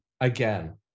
again